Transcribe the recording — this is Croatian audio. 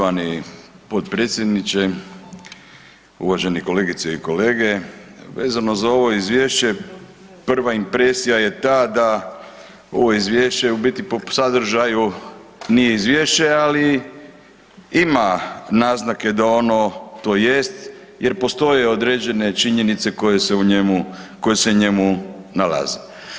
Poštovani potpredsjedniče, uvažene kolegice i kolege vezano za ovo izvješće prva impresija je ta da ovo izvješće u biti po sadržaju nije izvješće, ali ima naznake da ono to jest jer postoje određene činjenice koje se u njemu nalaze.